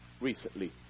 recently